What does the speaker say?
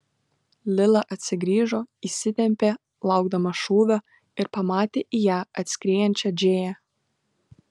lila atsigrįžo įsitempė laukdama šūvio ir pamatė į ją atskriejančią džėją